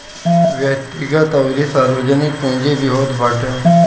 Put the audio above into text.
व्यक्तिगत अउरी सार्वजनिक पूंजी भी होत बाटे